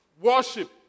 worship